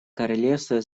королевства